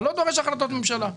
מה לא דורש החלטות ממשלה.